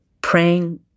praying